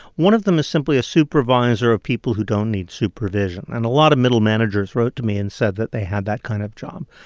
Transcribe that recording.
one of them is simply a supervisor of people who don't need supervision, and a lot of middle managers wrote to me and said that they had that kind of job.